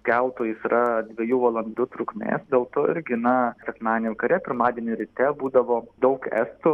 keltų jis yra dviejų valandų trukmės dėl to irgi na sekmadienį vakare pirmadienį ryte būdavo daug estų